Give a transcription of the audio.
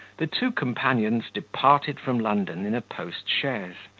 the two companions departed from london in a post-chaise,